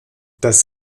das